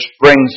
brings